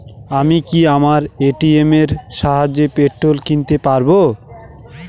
আমি কি আমার এ.টি.এম এর সাহায্যে পেট্রোল কিনতে পারব?